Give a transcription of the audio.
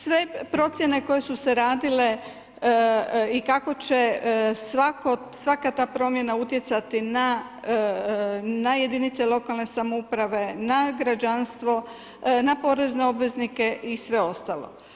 Sve procjene koje su se radile i kako će svaka ta promjena utjecati na jedinice lokalne samouprave, na građanstvo, na porezne obveznike i ostalo.